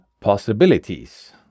possibilities